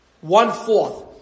One-fourth